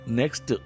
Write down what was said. next